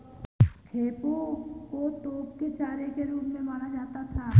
खेपों को तोप के चारे के रूप में माना जाता था